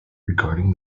regarding